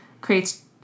creates